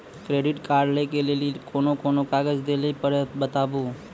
Credit card लै के लेली कोने कोने कागज दे लेली पड़त बताबू?